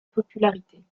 popularité